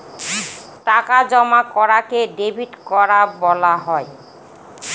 টাকা জমা করাকে ডেবিট করা বলা হয়